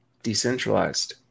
Decentralized